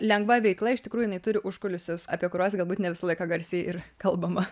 lengva veikla iš tikrųjų jinai turi užkulisius apie kuriuos galbūt ne visą laiką garsiai ir kalbama